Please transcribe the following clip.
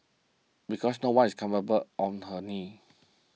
because no one is comfortable on her knees